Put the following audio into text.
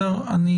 אי